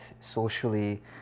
socially